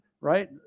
right